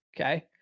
Okay